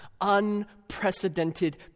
unprecedented